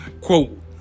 quote